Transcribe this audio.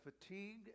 fatigue